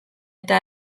eta